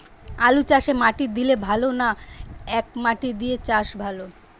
আলুচাষে মাটি দিলে ভালো না একমাটি দিয়ে চাষ ভালো?